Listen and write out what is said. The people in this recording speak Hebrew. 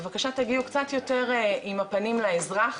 בבקשה תגיעו קצת יותר עם הפנים לאזרח